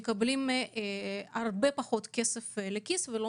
אנחנו מקבלים הרבה פחות כסף לכיס ולא